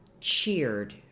cheered